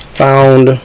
found